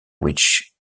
which